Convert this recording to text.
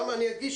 אני גם אדגיש,